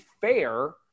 fair